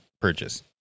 Purchase